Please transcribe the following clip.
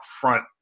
front